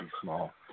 small